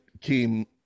came